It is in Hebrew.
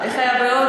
איך היה בהודו?